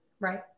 Right